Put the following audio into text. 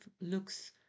looks